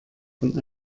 von